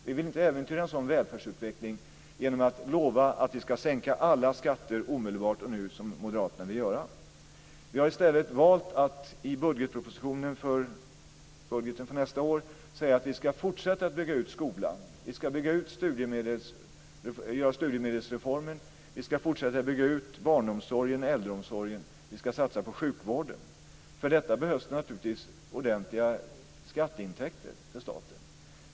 Vi vill inte äventyra en sådan välfärdsutveckling genom att lova att vi ska sänka alla skatter omedelbart och nu, som moderaterna vill göra. Vi har i stället valt att i propositionen vad gäller budgeten för nästa år säga att vi ska fortsätta att bygga ut skolan. Vi ska genomföra studiemedelsreformen. Vi ska fortsätta bygga ut barnomsorgen och äldreomsorgen. Vi ska satsa på sjukvården. För detta behövs det naturligtvis ordentliga skatteintäkter till staten.